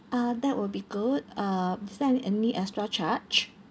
ah that will be good uh is there any any extra charge